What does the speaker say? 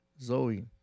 Zoe